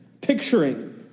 Picturing